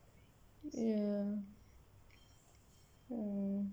ya ya